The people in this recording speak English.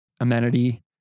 amenity